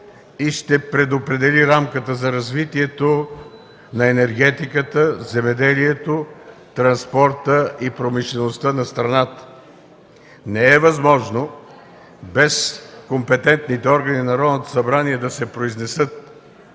и ще предопредели рамката за развитието на енергетиката, земеделието, транспорта и промишлеността на страната. Не е възможно този документ да стане акт на Народното събрание без